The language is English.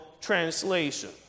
translation